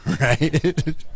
right